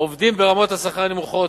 עובדים ברמות השכר הנמוכות,